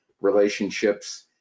relationships